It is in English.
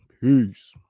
peace